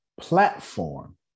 platform